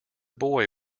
boy